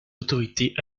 autorités